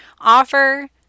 offer